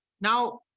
Now